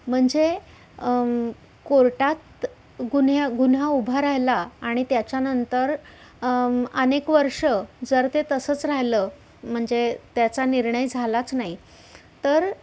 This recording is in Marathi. म्हणजे कोर्टात गुन्हे गुन्हा उभा राहिला आणि त्याच्यानंतर अनेक वर्षं जर ते तसंच राहिलं म्हणजे त्याचा निर्णय झालाच नाही तर